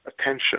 attention